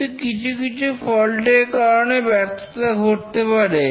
কিন্তু কিছু কিছু ফল্ট এর কারণে ব্যর্থতা ঘটতে পারে